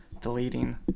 deleting